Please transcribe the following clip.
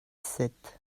sept